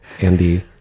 Andy